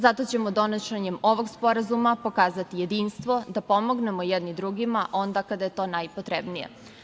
Zato ćemo donošenjem ovog sporazuma pokazati jedinstvo da pomognemo jedni drugima onda kada je to najpotrebnije.